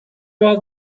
out